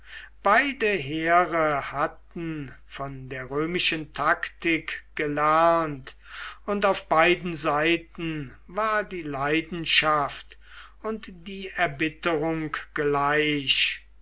beide heere hatten von der römischen taktik gelernt und auf beiden seiten war die leidenschaft und die erbitterung gleich